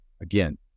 Again